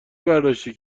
برداشتی